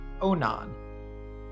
Onan